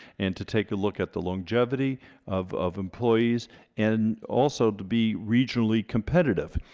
and to take a look at the longevity of of employees and also to be regionally competitive.